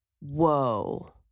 whoa